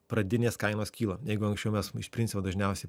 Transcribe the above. pradinės kainos kyla jeigu anksčiau mes iš principo dažniausiai